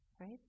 right